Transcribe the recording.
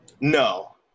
No